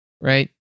right